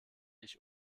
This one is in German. ich